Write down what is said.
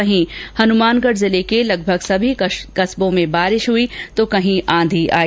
वहीं हनुमानगढ जिले के लगभग सभी कस्बों में बारिश हुई तो कहीं आंधी आई